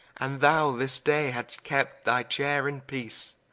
and thou this day, had'st kept thy chaire in peace.